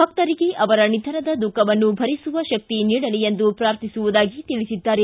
ಭಕ್ತರಿಗೆ ಅವರ ನಿಧನದ ದುಃಖವನ್ನು ಭರಿಸುವ ಶಕ್ತಿ ನೀಡಲಿ ಎಂದು ಪ್ರಾರ್ಥಿಸುವುದಾಗಿ ತಿಳಿಸಿದ್ದಾರೆ